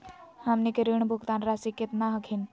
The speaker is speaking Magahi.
हमनी के ऋण भुगतान रासी केतना हखिन?